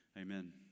Amen